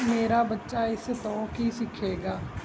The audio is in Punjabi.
ਮੇਰਾ ਬੱਚਾ ਇਸ ਤੋਂ ਕੀ ਸਿੱਖੇਗਾ